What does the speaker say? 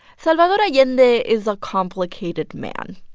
salvador allende is a complicated man.